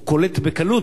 הוא קולט בקלות.